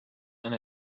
and